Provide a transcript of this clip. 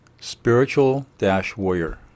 spiritual-warrior